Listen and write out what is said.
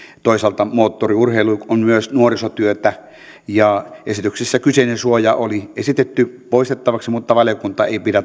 toisaalta moottoriurheilu on myös nuorisotyötä esityksessä kyseinen suoja oli esitetty poistettavaksi mutta valiokunta ei pidä